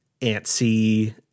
antsy